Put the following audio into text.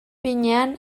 behinean